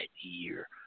year